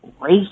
race